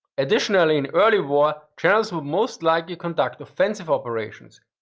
additionally, in early war, generals would most likely conduct offensive operations,